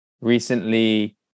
recently